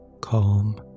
Calm